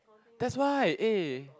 that's why eh